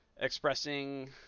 expressing